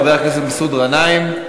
חבר הכנסת מסעוד גנאים,